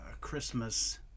Christmas